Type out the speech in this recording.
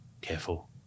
careful